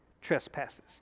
trespasses